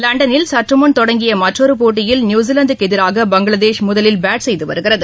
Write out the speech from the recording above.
லண்டனில் சற்றுமுன் தொடங்கிய மற்றொரு போட்டியில் நியூசிலாந்துக்கு எதிராக பங்களாதேஷ் முதலில் பேட் செய்து வருகிறது